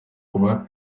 kuba